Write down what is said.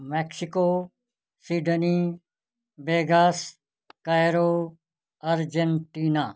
Mexico Sydney vegas Cairo Argentina